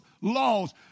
laws